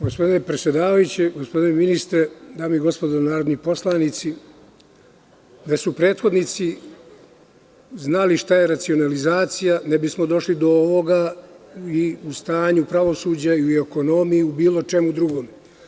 Gospodine predsedavajući, gospodine ministre, dame i gospodo narodni poslanici, da su prethodnici znali šta je racionalizacija ne bismo došli do ovoga i u stanju pravosuđa, i u ekonomiji i u bilo čemu drugom.